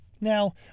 Now